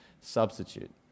substitute